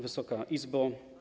Wysoka Izbo!